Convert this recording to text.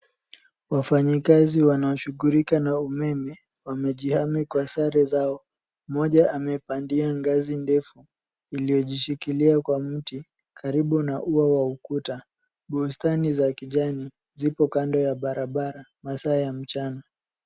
Wafanyikazi wanao shughulika na umeme wamejihami kwa sare zao. Mmoja amepandia ngazi ndefu iliyojishikilia kwa mti karibu na ua wa ukuta. Bustani za kijani ziko kando ya barabara masaa ya mchana.